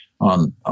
on